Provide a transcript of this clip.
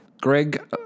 Greg